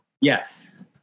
Yes